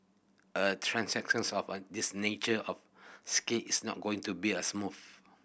a transitions of a this nature of scale is not going to be a smooth